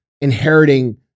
inheriting